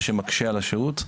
מה שמקשה על השירות,